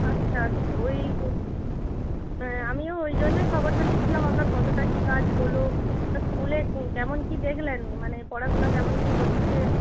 আচ্ছা আচ্ছা ওই হ্যাঁ আমিও ওই জন্যই খবরটা নিচ্ছিলাম আপনার কতটা কী কাজ হলো আর স্কুলে কেমন কী দেখলেন মানে পড়াশুনা কেমন কী হচ্ছে